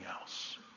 else